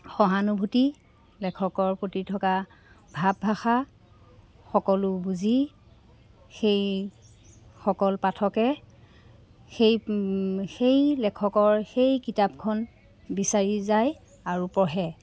সহানুভূতি লেখকৰ প্ৰতি থকা ভাৱ ভাষা সকলো বুজি সেইসকল পাঠকে সেই সেই লেখকৰ সেই কিতাপখন বিচাৰি যায় আৰু পঢ়ে